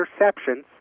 interceptions